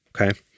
Okay